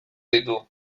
ditu